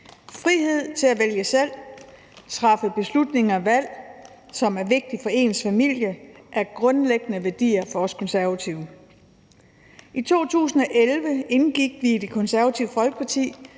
Frihed til at vælge selv og træffe beslutninger og valg, som er vigtige for ens familie, er en grundlæggende værdi for os Konservative. I 2011 indgik vi i Det Konservative Folkeparti